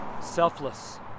selfless